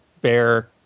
bear